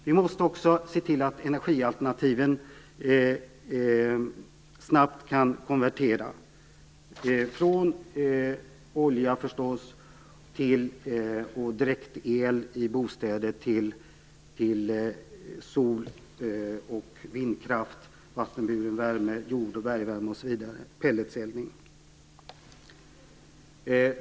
Vi måste också se till att energialternativen snabbt kan konvertera från olja och direktel i bostäder till sol och vindkraft, vattenburen värme, jord och bergvärme, pelletseldning osv.